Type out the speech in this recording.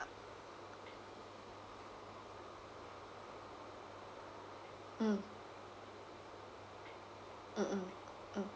mm mm mm mm